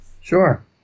Sure